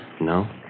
No